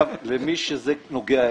למי שזה נוגע אליו.